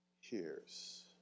hears